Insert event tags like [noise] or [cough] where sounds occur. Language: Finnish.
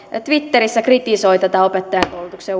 twitterissä kritisoi tätä opettajankoulutuksen [unintelligible]